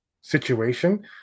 situation